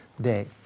day